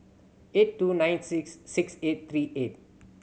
eight two nine six six eight three eight